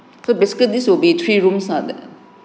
so basically these will be three rooms err the